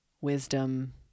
wisdom